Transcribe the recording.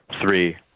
Three